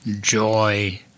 joy